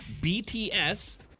BTS